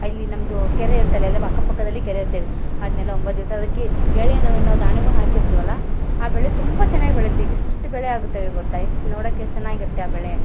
ಇಲ್ಲಿ ನಮ್ಮದು ಕೆರೆ ಇರ್ತಲ್ಲ ಅಕ್ಕಪಕ್ಕದಲ್ಲಿ ಕೆರೆ ಇರ್ತವೆ ಅದನ್ನೆಲ್ಲ ಒಂಬತ್ತು ದಿವಸ ಅದಕ್ಕೆ ಬೆಳೆಯ ನಾವು ಏನು ದಾಣ್ಯಗಳು ಹಾಕಿರ್ತೀವಲ್ಲ ಆ ಬೆಳೆ ತುಂಬ ಚೆನ್ನಾಗಿ ಬೆಳೆಯುತ್ತೆ ಇಷ್ಟು ಇಷ್ಟು ಬೆಳೆ ಆಗುತಾವೆ ಗೊತ್ತಾ ಎಷ್ಟು ನೋಡಕ್ಕೆ ಎಷ್ಟು ಚೆನ್ನಾಗಿ ಇರತ್ತೆ ಆ ಬೆಳೆ